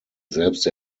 selbst